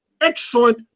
excellent